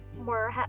more